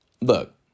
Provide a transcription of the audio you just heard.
look